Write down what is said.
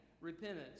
repentance